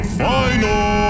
final